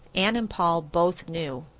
anne and paul both knew